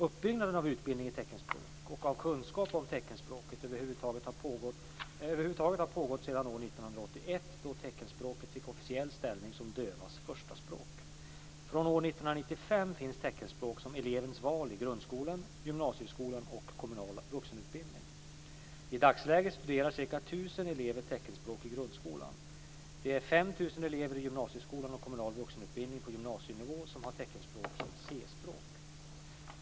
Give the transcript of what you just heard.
Uppbyggnaden av utbildning i teckenspråk och av kunskap om teckenspråket över huvud taget har pågått sedan år 1981, då teckenspråket fick officiell ställning som dövas förstaspråk. Från år 1995 finns teckenspråk som elevens val i grundskolan, gymnasieskolan och kommunal vuxenutbildning. I dagsläget studerar ca 1 000 elever teckenspråk i grundskolan. Det är 5 000 elever i gymnasieskolan och kommunal vuxenutbildning på gymnasienivå som har teckenspråk som C-språk.